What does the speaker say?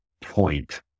point